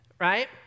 Right